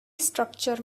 structure